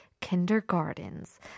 kindergartens